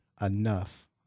enough